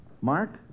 Mark